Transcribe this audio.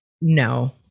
no